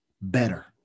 better